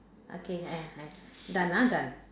okay ya ya done ah done